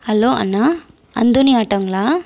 hello அண்ணா Anthony ஆட்டோங்களா